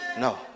No